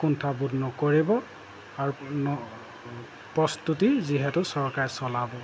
কুণ্ঠাবোধ নকৰিব আৰু প্ৰস্তুতি যিহেতু চৰকাৰে চলাব